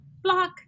block